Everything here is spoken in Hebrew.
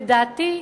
לדעתי,